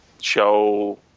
show